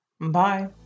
bye